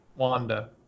Wanda